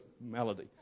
melody